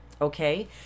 Okay